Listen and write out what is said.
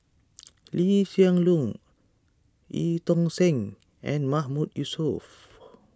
Lee Hsien Loong Eu Tong Sen and Mahmood Yusof